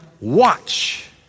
watch